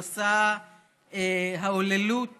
במסע ההוללות